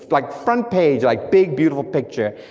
like front page, like big beautiful picture,